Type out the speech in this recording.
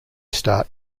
start